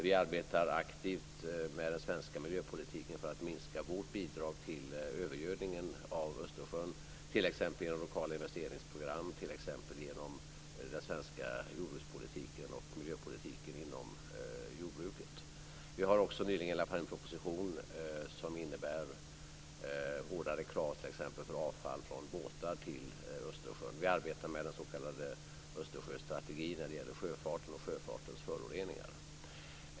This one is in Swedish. Vi arbetar aktivt med den svenska miljöpolitiken för att minska vårt bidrag till övergödningen av Östersjön, t.ex. genom lokala investeringsprogram, den svenska jordbrukspolitiken och miljöpolitiken inom jordbruket. Vi har också nyligen lagt fram en proposition som innebär hårdare krav t.ex. för avfall från båtar till Östersjön. Vi arbetar med den s.k. Östersjöstrategin när det gäller sjöfarten och sjöfartens föroreningar.